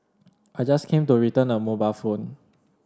I just came to return a mobile phone